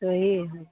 सही है